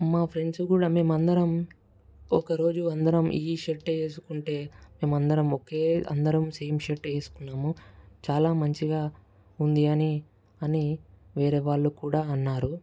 మా ఫ్రెండ్స్ కూడా మేమందరం ఒకరోజు అందరం ఈ షర్టే వేసుకుంటే మేమందరం ఒకే సేమ్ షర్ట్ వేసుకున్నాము చాలా మంచిగా ఉంది అని వేరే వాళ్ళు కూడా అన్నారు